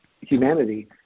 humanity